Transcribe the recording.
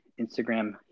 Instagram